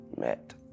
met